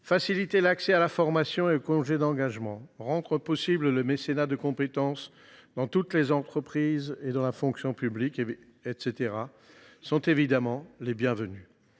Faciliter l’accès à la formation et au congé d’engagement, rendre possible le mécénat de compétences dans toutes les entreprises et dans la fonction publique sont évidemment des mesures